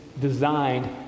designed